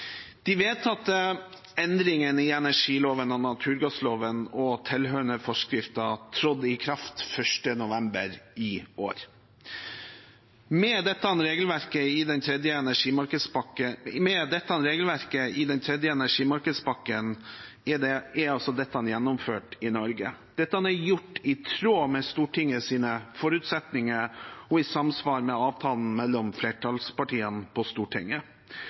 De vedtatte endringene i energiloven og naturgassloven og tilhørende forskrifter trådte i kraft 1. november i år. Med dette regelverket i den tredje energimarkedspakken er dette altså gjennomført i Norge. Dette er gjort i tråd med Stortingets forutsetninger og i samsvar med avtalen mellom flertallspartiene på Stortinget.